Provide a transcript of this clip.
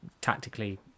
Tactically